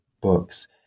books